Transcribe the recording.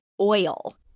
oil